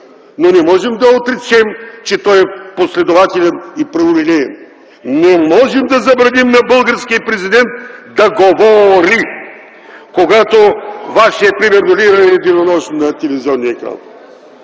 но не можем да отречем, че той е последователен и праволинеен. Не можем да забраним на българския президент да говори, когато вашият лидер, примерно, е денонощно на телевизионния екран.